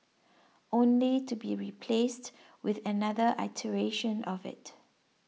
only to be replaced with another iteration of it